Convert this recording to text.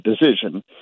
decision